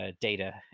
data